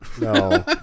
No